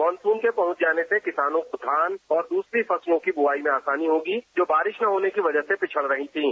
monsoon के पहुंच जाने से किसानों को धान और दूसरी फसलों की बुवाई में आसानी होगी जो बारिश न होने की वजह से पिछड़ रही थीं